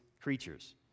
creatures